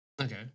Okay